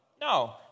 No